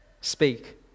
speak